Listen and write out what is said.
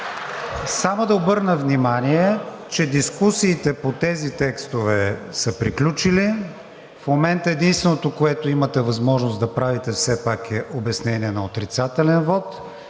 Само да обърна внимание, че дискусиите по тези текстове са приключили. В момента единственото, което имате възможност да правите, все пак, е обяснение на отрицателен вот.